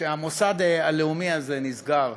שהמוסד הלאומי הזה נסגר.